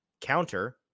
Counter